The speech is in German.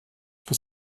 für